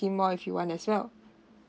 scheme more if you want as well